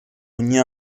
ogni